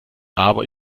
aber